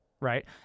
Right